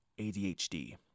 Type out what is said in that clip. ADHD